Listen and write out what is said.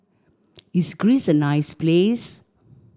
is Greece a nice place